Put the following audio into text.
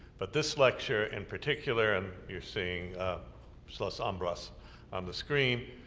but this lecture, in particular, and you're seeing schloss ambras on the screen,